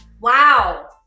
wow